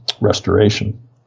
restoration